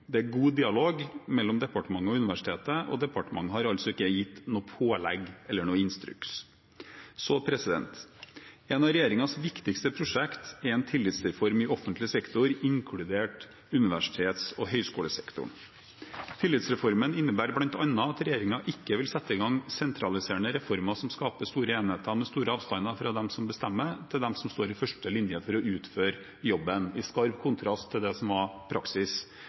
Det er god dialog mellom departementet og universitetet, og departementet har altså ikke gitt noe pålegg eller noen instruks. Et av regjeringens viktigste prosjekter er en tillitsreform i offentlig sektor, inkludert universitets- og høyskolesektoren. Tillitsreformen innebærer bl.a. at regjeringen ikke vil sette i gang sentraliserende reformer som skaper store enheter med store avstander fra dem som bestemmer, til dem som står i første linje for å utføre jobben – i skarp kontrast til det som var praksis